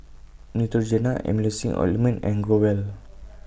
Neutrogena Emulsying Ointment and Growell